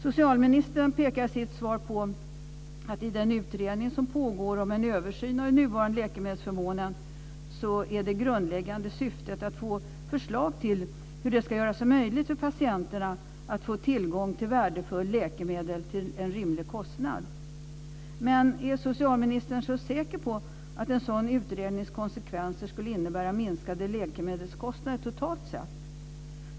Socialministern pekar i sitt svar på att i den utredning som pågår om en översyn av den nuvarande läkemedelsförmånen är det grundläggande syftet att få förslag till hur det ska göras möjligt för patienterna att få tillgång till värdefulla läkemedel till en rimlig kostnad. Men är socialministern säker på att en sådan utrednings konsekvenser skulle innebära minskade läkemedelskostnader totalt sett?